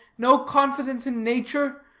no confidence in nature.